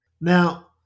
Now